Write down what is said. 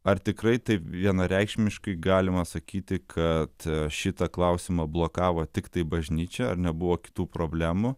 ar tikrai taip vienareikšmiškai galima sakyti kad šitą klausimą blokavo tiktai bažnyčia ar nebuvo kitų problemų